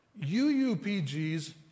UUPGs